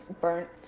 burnt